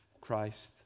Christ